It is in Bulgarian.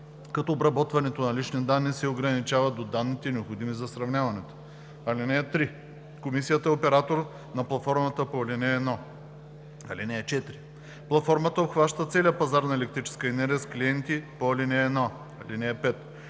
като обработването на лични данни се ограничава до данните, необходими за сравняването. (3) Комисията е оператор на платформата по ал. 1. (4) Платформата обхваща целия пазар на електрическа енергия с клиенти по ал. 1. (5)